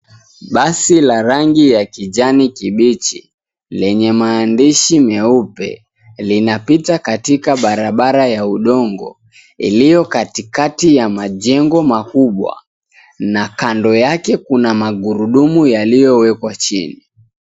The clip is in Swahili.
Basi la rangi ya kijani kibichi, lenye maandishi meupe linapita katika barabara ya udongo iliyo katikati ya majengo makubwa na kando yake kuna magurudumu yaliyowekwa chini.